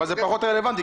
אבל זה פחות רלבנטי,